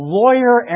lawyer